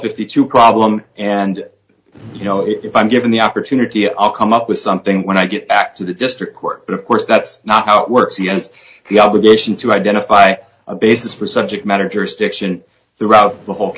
fifty two problem and you know if i'm given the opportunity i'll come up with something when i get back to the district court but of course that's not how it works against the obligation to identify a basis for such a matter jurisdiction throughout the whole